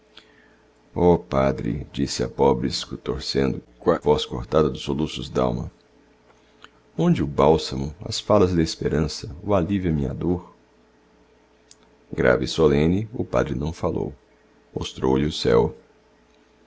padre disse a pobre sestorcendo coa voz cortada dos soluços dalma onde o bálsamo as falas desperança o alívio à minha dor grave e solene o padre não falou mostrou-lhe o céu